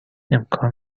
امکان